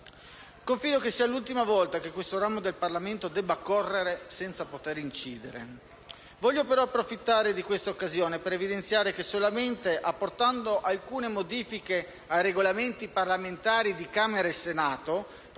Confido sia l'ultima volta che questo ramo del Parlamento debba correre senza poter incidere. Voglio però approfittare di questa occasione per evidenziare che solamente apportando alcune modifiche ai Regolamenti parlamentari di Camera e Senato